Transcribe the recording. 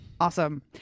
Awesome